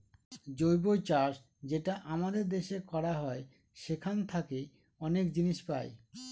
জৈব চাষ যেটা আমাদের দেশে করা হয় সেখান থাকে অনেক জিনিস পাই